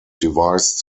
devised